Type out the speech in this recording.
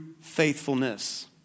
faithfulness